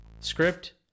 script